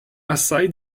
assai